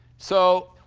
so